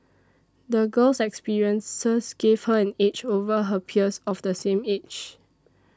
the girl's experiences gave her an edge over her peers of the same age